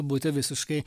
būti visiškai